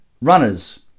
runners